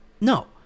No